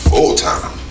Full-time